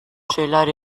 şeyler